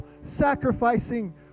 sacrificing